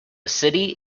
city